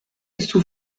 sous